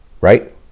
right